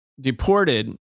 deported